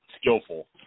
skillful